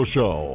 Show